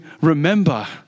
remember